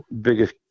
biggest